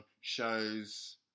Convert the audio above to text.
shows